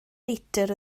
litr